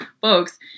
folks